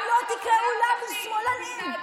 אני מזכירה לך,